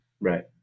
Right